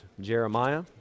Jeremiah